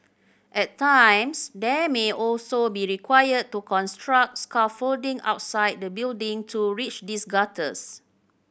at times they may also be required to construct scaffolding outside the building to reach these gutters